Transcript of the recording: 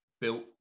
built